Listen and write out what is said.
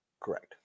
Correct